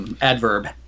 adverb